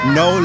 no